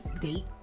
date